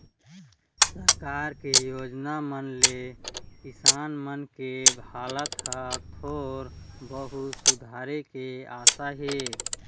सरकार के योजना मन ले किसान मन के हालात ह थोर बहुत सुधरे के आसा हे